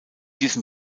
diesem